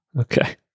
Okay